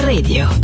Radio